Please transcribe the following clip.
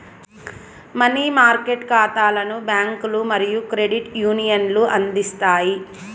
money market ఖాతాలను బ్యాంకులు మరియు క్రెడిట్ యూనియన్లు అందిస్తాయి